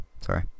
sorry